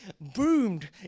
boomed